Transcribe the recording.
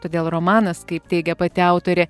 todėl romanas kaip teigia pati autorė